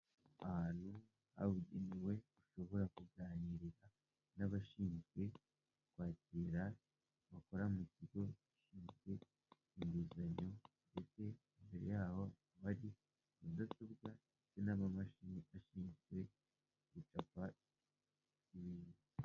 Ahantu habugenewe hashobora kuganirira n'abashinzwe kwakira bakora mu kigo gishinzwe inguzanyo ndetse imbere yaho hari mudasobwa n'amamashini ashinzwe gusaka n'ibindi.